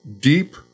deep